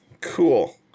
Cool